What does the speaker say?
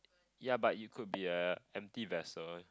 ya but you could be a empty vessel